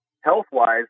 health-wise